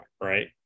right